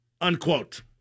Unquote